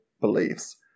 beliefs